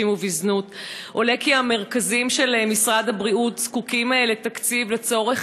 ובזנות עולה כי המרכזים של משרד הבריאות זקוקים לתקציב לצורך